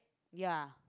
ya